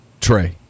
Trey